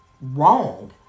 wrong